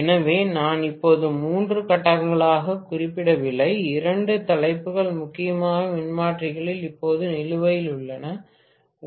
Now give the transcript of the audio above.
எனவே நான் இப்போது மூன்று கட்டங்களாகக் குறிப்பிடவில்லை இரண்டு தலைப்புகள் முக்கியமாக மின்மாற்றிகளில் இப்போது நிலுவையில் உள்ளன